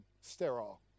sterile